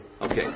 Okay